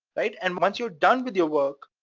right? and once you're done with your work,